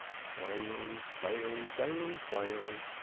quaily, faily, daily, quaily,